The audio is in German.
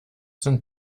sind